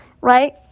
right